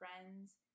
friends